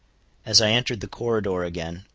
as i entered the corridor again,